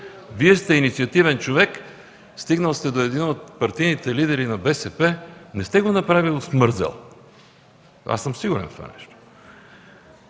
Вие сте инициативен човек. Стигнал сте до това да сте един от партийните лидери на БСП. Не сте го направили от мързел! Аз съм сигурен в това нещо.